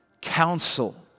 counsel